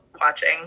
watching